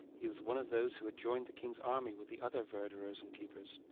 he was one of those who had joined the king's army with the other verderers and keepers.